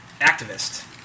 activist